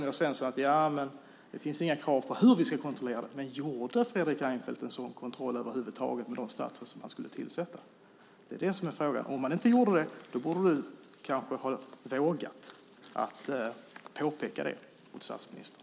Ingvar Svensson säger att det inte finns några krav på hur man ska göra en sådan kontroll. Men gjorde Fredrik Reinfeldt en sådan kontroll över huvud taget med de statsråd som han skulle tillsätta? Det är det som är frågan. Om han inte gjorde det borde du kanske ha vågat påpeka det för statsministern.